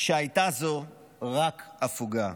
שהייתה זו רק הפוגה,